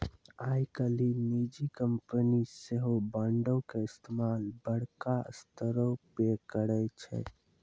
आइ काल्हि निजी कंपनी सेहो बांडो के इस्तेमाल बड़का स्तरो पे करै छै